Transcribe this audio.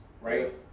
right